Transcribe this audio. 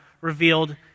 revealed